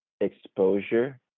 Exposure